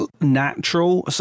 natural